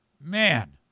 Man